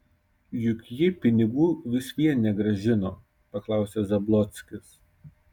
juk ji pinigų vis vien negrąžino paklausė zablockis